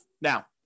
Now